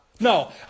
No